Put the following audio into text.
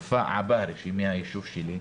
וופא עבאר, שהיא מהישוב שלי,